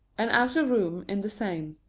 an outer room in the same.